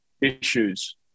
issues